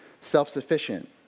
self-sufficient